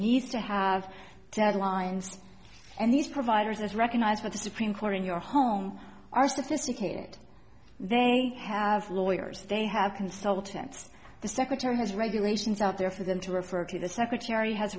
nice to have lines and these providers as recognized by the supreme court in your home are sophisticated they have lawyers they have consultants the secretary has regulations out there for them to refer to the secretary has